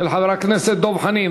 של חבר הכנסת דב חנין.